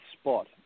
spot